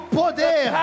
poder